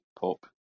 Pop